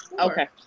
Okay